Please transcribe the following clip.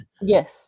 Yes